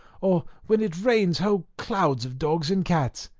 or when it rains whole clouds of dogs and cats.